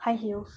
high heels